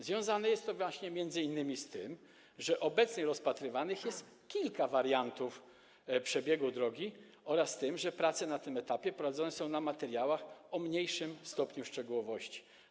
Związane jest to właśnie m.in. z tym, że obecnie rozpatrywanych jest kilka wariantów przebiegu drogi, oraz z tym, że prace na tym etapie prowadzone są na materiałach o mniejszym stopniu szczegółowości.